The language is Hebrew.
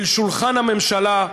אל שולחן הממשלה.